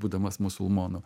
būdamas musulmonu